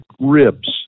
ribs